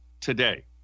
today